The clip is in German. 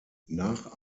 nach